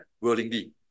willingly